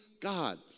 God